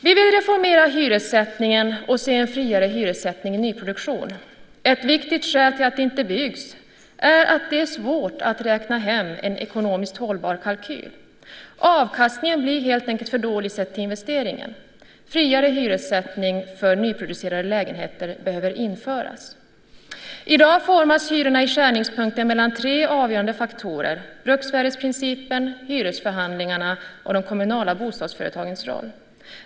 Vi vill reformera hyressättningen och se en friare hyressättning i nyproduktion. Ett viktigt skäl till att det inte byggs är att det är svårt att räkna hem en ekonomiskt hållbar kalkyl. Avkastningen blir helt enkelt för dålig sett till investeringen. Friare hyressättning för nyproducerade lägenheter behöver införas. I dag formas hyrorna i skärningspunkten mellan tre avgörande faktorer: bruksvärdesprincipen, hyresförhandlingarna och de kommunala bostadsföretagens roll.